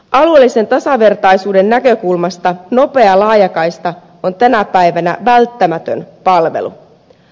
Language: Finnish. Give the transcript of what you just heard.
alueellisen tasavertaisuuden näkökulmasta nopea laajakaista on tänä päivänä välttämätön palvelu